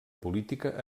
política